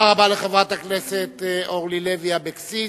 תודה רבה לחברת הכנסת אורלי לוי אבקסיס.